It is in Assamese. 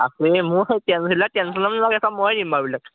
আছেই মোৰ সেই টেনচন ল'ব নালাগে চব মই নিম এইবিলাক